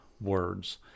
words